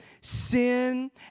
sin